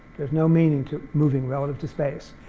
there's no meaning to moving relative to space.